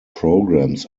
programs